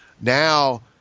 Now